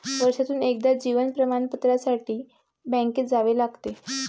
वर्षातून एकदा जीवन प्रमाणपत्रासाठी बँकेत जावे लागते